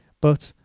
but,